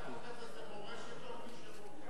החוק הזה זה מורשת עוד משרון.